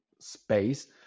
space